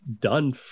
done